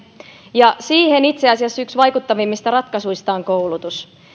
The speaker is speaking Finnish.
ja siihen itse asiassa yksi vaikuttavimmista ratkaisuista on koulutus